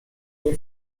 nie